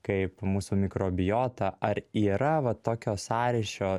kaip mūsų mikrobiota ar yra va tokio sąryšio